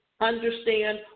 understand